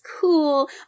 cool